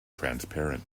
transparent